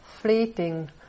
fleeting